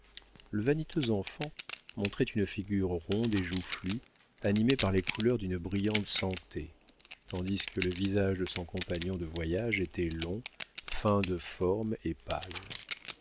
le vaniteux enfant montrait une figure ronde et joufflue animée par les couleurs d'une brillante santé tandis que le visage de son compagnon de voyage était long fin de forme et pâle